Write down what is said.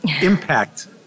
impact